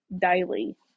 daily